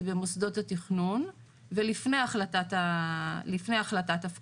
במוסדות התכנון ולפני החלטת הפקדה,